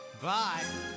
bye